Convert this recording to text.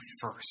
first